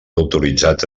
autoritzats